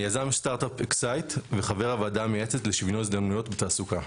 אני יזם סטארט-אפ אקזיט וחבר הוועדה המייעצת לשוויון הזדמנויות בתעסוקה.